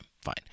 fine